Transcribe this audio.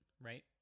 right